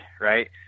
right